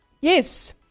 Yes